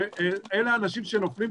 אלה אנשים שנופלים,